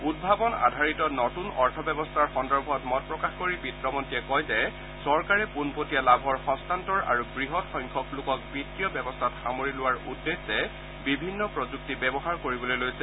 উদ্ভাবন আধাৰিত নতুন অৰ্থ ব্যৱস্থা সন্দৰ্ভত মত প্ৰকাশ কৰি বিত্তমন্ত্ৰীয়ে কয় যে চৰকাৰে পোনপটীয়া লাভৰ হস্তান্তৰ আৰু বৃহৎ সংখ্যক লোকক বিভীয় ব্যৱস্থাত সামৰি লোৱাৰ উদ্দেশ্যে বিভিন্ন প্ৰযুক্তি ব্যৱহাৰ কৰিবলৈ লৈছে